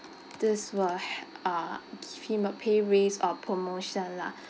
this will he~ uh give him a pay raise or a promotion lah